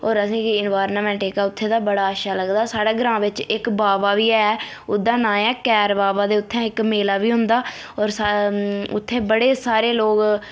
होर असेंगी एनवायरनमेंट जेह्का उत्थें दा बड़ा अच्छा लगदा साढै़ ग्रांऽ बिच्च इक बावा बी ऐ उसदा नांऽ ऐ कैर बावा ते उत्थै इक मेला बी होंदा ऐ होर उत्थें बड़े सारे लोग